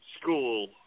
school